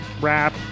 rap